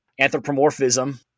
anthropomorphism